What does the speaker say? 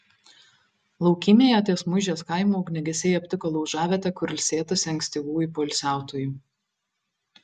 laukymėje ties muižės kaimu ugniagesiai aptiko laužavietę kur ilsėtasi ankstyvųjų poilsiautojų